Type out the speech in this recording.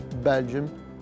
Belgium